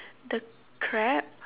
the crab